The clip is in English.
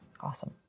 Awesome